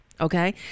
Okay